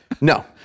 No